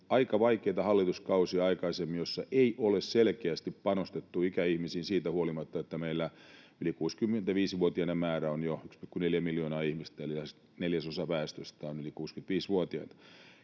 aika vaikeita hallituskausia, joissa ei ole selkeästi panostettu ikäihmisiin siitä huolimatta, että meillä yli 65-vuotiaiden määrä on jo 1,4 miljoonaa ihmistä, eli lähes neljäsosa väestöstä on yli 65-vuotiaita